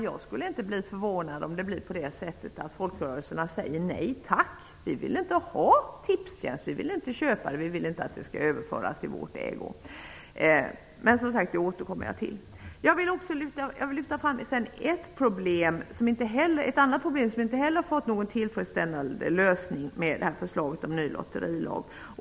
Jag skulle inte bli förvånad om folkrörelserna säger: Nej tack! Vi vill inte köpa Tipstjänst, vi vill inte att Tipstjänst skall överföras i vår ägo. Men det återkommer jag till. Jag vill lyfta fram ett annat problem som inte heller har fått någon tillfredsställande lösning med förslaget till ny lotterilag.